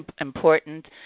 important